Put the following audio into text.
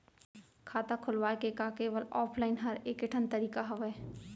खाता खोलवाय के का केवल ऑफलाइन हर ऐकेठन तरीका हवय?